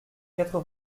quatre